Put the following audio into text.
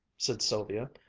said sylvia,